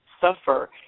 suffer